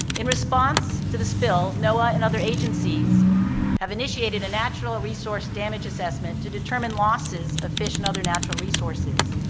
in response to the spill, noaa and other agencies have initiated a natural resource damage assessment to determine losses of fish and other natural resources.